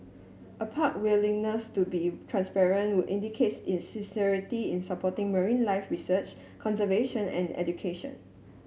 a park willingness to be transparent would indicates its sincerity in supporting marine life research conservation and education